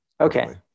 Okay